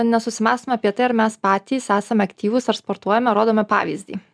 nesusimąstome apie tai ar mes patys esame aktyvūs ar sportuojame rodome pavyzdį